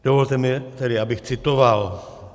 Dovolte mi tedy, abych citoval: